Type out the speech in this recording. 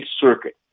Circuit